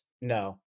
no